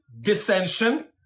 dissension